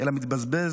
אלא מתבזבז